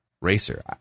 racer